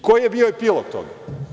Koji je bio epilog toga?